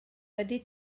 wedi